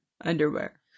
Underwear